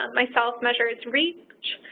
um myself, measures reach,